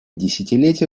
десятилетия